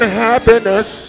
happiness